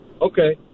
Okay